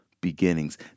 beginnings